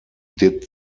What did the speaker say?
did